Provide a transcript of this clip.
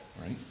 right